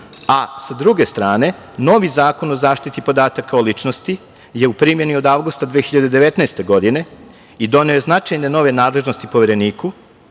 a sa druge strane novi Zakon o zaštiti podataka o ličnosti je u primeni od avgusta 2019. godine i doneo je značajne nove nadležnosti Povereniku